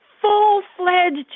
full-fledged